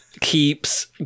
keeps